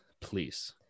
please